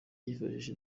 yifashisha